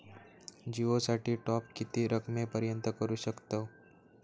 जिओ साठी टॉप किती रकमेपर्यंत करू शकतव?